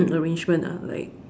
arrangement ah like